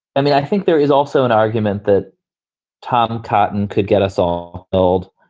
i mean, i think there is also an argument that tom cotton could get us all killed.